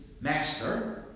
master